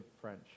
French